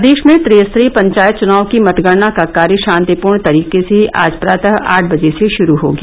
प्रदेश में त्रिस्तरीय पंचायत चुनाव की मतगणना का कार्य शान्तिपूर्ण तरीके से आज प्रातः आठ बजे से शुरू हो गया